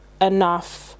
enough